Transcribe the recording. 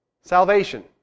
salvation